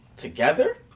together